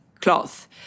cloth